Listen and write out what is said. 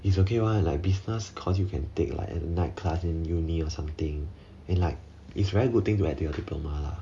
it's okay one like business course you can take like night class in uni or something in like it's very good thing to add to your diploma lah